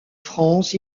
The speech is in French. france